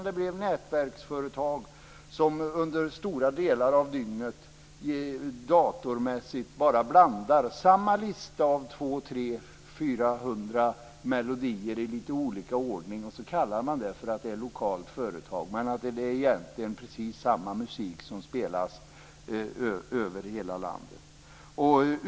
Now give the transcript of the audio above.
Det blev nätverksföretag som under stora delar av dygnet datormässigt bara blandar samma lista med 200-400 melodier i lite olika ordning. Sedan kallar man det för ett lokalt företag. Men det är egentligen precis samma musik som spelas över hela landet.